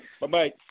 Bye-bye